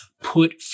put